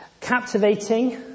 captivating